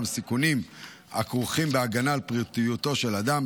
סיכונים הכרוכים בהגנה על פרטיותו של אדם,